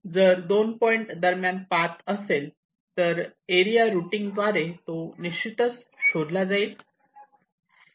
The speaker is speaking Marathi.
जर दोन पॉईंट दरम्यान पाथ असते तर एरिया रुटींग द्वारे तो निश्चितच शोधला जाईल